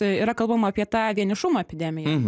yra kalbama apie tą vienišumo epidemiją